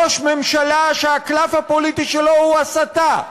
ראש ממשלה שהקלף הפוליטי שלו הוא הסתה,